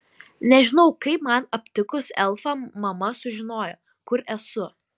nežinau kaip man aptikus elfą mama sužinojo kur esu